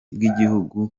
bw’igihugu